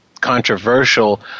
controversial